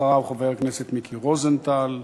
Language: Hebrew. אחריו, חבר הכנסת מיקי רוזנטל וכו'